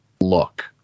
look